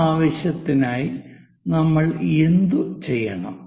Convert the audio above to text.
ആ ആവശ്യത്തിനായി നമ്മൾ എന്തുചെയ്യണം